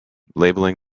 labeling